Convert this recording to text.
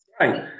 right